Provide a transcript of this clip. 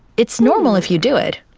it's normal if you do it,